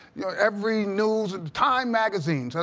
you know, every news, time magazine, so